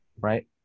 right